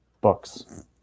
books